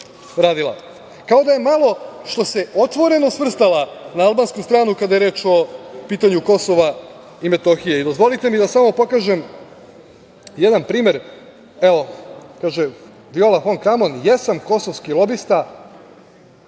radila, kao da je malo što se otvoreno svrstala na albansku stranu kada je reč o pitanju KiM.Dozvolite mi da samo pokažem jedan primer, kaže Viola fon Kramon – jesam kosovski lobista,